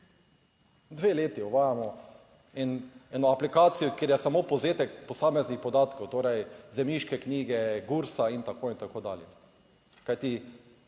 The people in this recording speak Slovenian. Dve leti uvajamo eno aplikacijo, kjer je samo povzetek posameznih podatkov, torej zemljiške knjige, Gursa in tako in tako dalje. Kajti